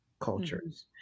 cultures